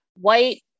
white